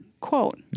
quote